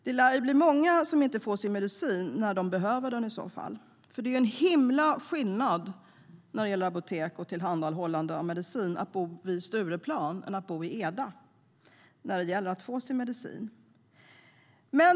Det lär i så fall bli många som inte får sin medicin när de behöver den, för det är en himla skillnad när det gäller tillgång till apotek och tillhandahållande av medicin om man bor vid Stureplan eller i Eda.